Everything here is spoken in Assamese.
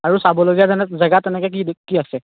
আৰু চাবলগীয়া তেনে জেগা তেনেকৈ কি দে কি আছে